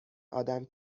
آدم